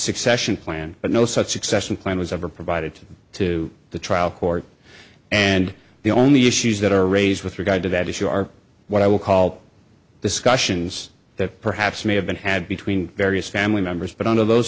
succession plan but no such succession plan was ever provided to the trial court and the only issues that are raised with regard to that issue are what i will call discussions that perhaps may have been had between various family members but under those